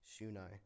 Shunai